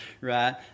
right